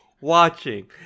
watching